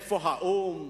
איפה האו"ם?